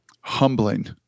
Humbling